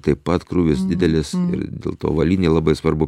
taip pat krūvis didelis ir dėl to avalynė labai svarbu